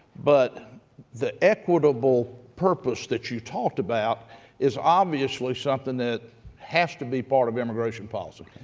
but the equitable purpose that you talked about is obviously something that has to be part of immigration policy.